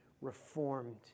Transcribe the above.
reformed